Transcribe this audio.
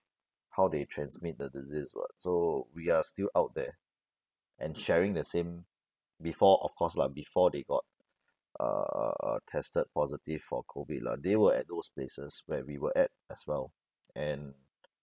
how they transmit the disease [what] so we are still out there and sharing the same before of course lah before they got uh uh uh tested positive for COVID lah they were at those places where we were at as well and